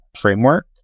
framework